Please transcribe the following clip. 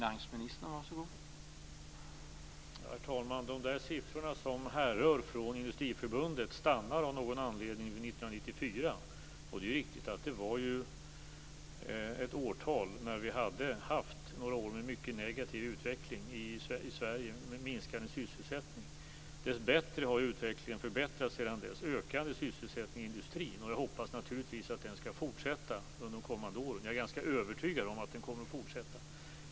Herr talman! Dessa siffror som härrör från Industriförbundet stannar av någon anledning vid 1994. Det var ju ett årtal då vi hade haft några år med mycket negativ utveckling i Sverige med minskande sysselsättning. Dessbättre har utvecklingen förbättrats sedan dess med ökande sysselsättning i industrin. Jag hoppas naturligtvis att den utvecklingen skall fortsätta under de kommande åren - jag är ganska övertygad om att den kommer att fortsätta.